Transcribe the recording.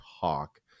talk